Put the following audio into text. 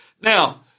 Now